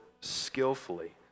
skillfully